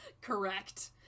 Correct